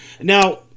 Now